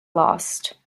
lost